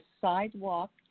sidewalk